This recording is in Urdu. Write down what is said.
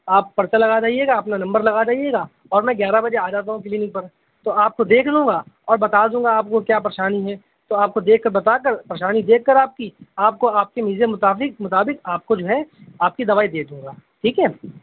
آپ پرچہ لگا جائیے گا اپنا نمبر لگا جائیے گا اور میں گیارہ بجے آ جاتا ہوں کلینک پر تو آپ کو دیکھ لوں گا اور بتا دوں گا آپ کو کیا پریشانی ہے تو آپ کو دیکھ کر بتا کر پریشانی دیکھ کر آپ کی آپ کو آپ کے ریژن مطابق مطابق آپ کو جو ہے آپ کی دوائی دے دوں گا ٹھیک ہے